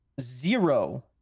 zero